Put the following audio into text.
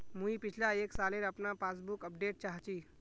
मुई पिछला एक सालेर अपना पासबुक अपडेट चाहची?